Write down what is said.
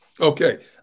Okay